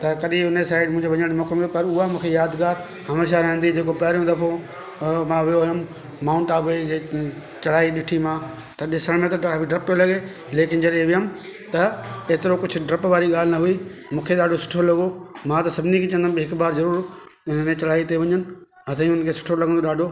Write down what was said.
त कॾी उन साइड मुंहिंजे वञण मौको मिलियो पर उहा मूंखे यादगार हमेशा रहंदी जेको पहिरियों दफ़ो मां वियो हुउमि माउंट आबू जे चढ़ाई ॾिठी मां त ॾिसण में त काफ़ी डपु पियो लॻे लेकिन जॾहिं वियमि त एतिरो कुछ ड्रप वारी ॻाल्हि न हुई मुखे ॾाढो सुठो लॻो मां त सभिनी खे चवंदमि कि हिकु ॿार ज़रूर चढ़ाई ते वञनि अथई हुननि खे सुठो लॻंदो ॾाढो